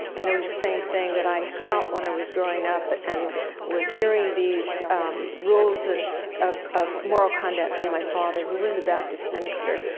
and it was the same thing that i felt when i was growing up, and was hearing these rules and of of moral conduct from my father, who was a baptist minister.